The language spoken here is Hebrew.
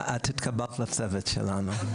את התקבלת לצוות שלנו.